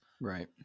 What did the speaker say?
Right